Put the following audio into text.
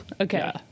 okay